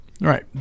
Right